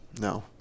No